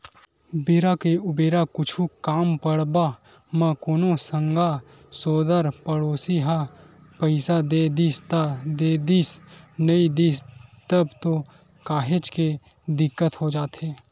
बेरा के उबेरा कुछु काम पड़ब म कोनो संगा सोदर पड़ोसी ह पइसा दे दिस त देदिस नइ दिस तब तो काहेच के दिक्कत हो जाथे